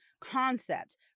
concept